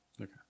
Okay